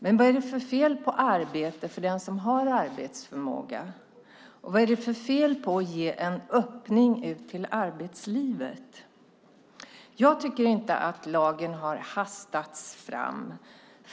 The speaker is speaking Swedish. Men vad är det för fel på arbete för den som har arbetsförmåga? Vad är det för fel på att ge en öppning ut till arbetslivet? Jag tycker inte att lagen har hastats fram.